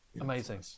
Amazing